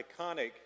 iconic